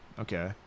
Okay